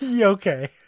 Okay